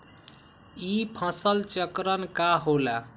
ई फसल चक्रण का होला?